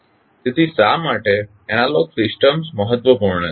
તેથી શા માટે એનાલોગસ સિસ્ટમ મહત્વપૂર્ણ છે